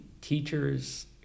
teachers